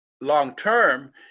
long-term